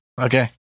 Okay